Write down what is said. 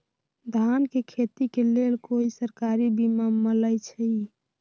धान के खेती के लेल कोइ सरकारी बीमा मलैछई?